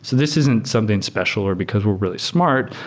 so this isn't something special or because we're really smart,